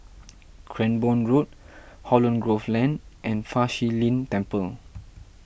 Cranborne Road Holland Grove Lane and Fa Shi Lin Temple